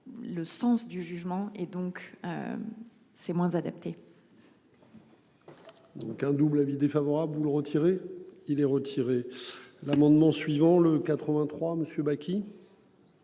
Le sens du jugement et donc. C'est moins adapté. Donc un double avis défavorable ou le retirer, il est retiré l'amendement suivant le 83 Monsieur